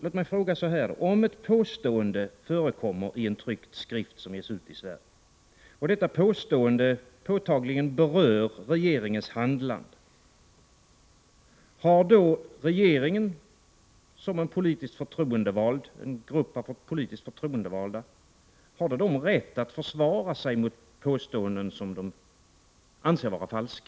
Låt mig fråga: Om ett påstående förekommer i en tryckt skrift som ges ut i Sverige och detta påstående påtagligen berör regeringens handlande, har då regeringen, som en grupp av politiskt förtroendevalda, rätt att försvara sig mot det påstående som den anser vara falskt?